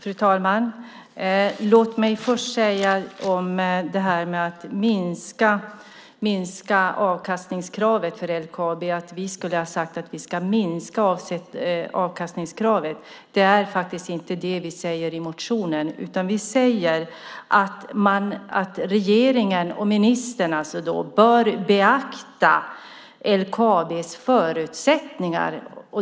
Fru talman! Låt mig först säga något om det här med att vi skulle ha sagt att vi ska minska avkastningskravet för LKAB. Det är inte det vi säger i motionen. Vi säger att regeringen och ministern bör beakta LKAB:s förutsättningar.